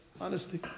Honesty